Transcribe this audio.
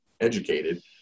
educated